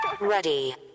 Ready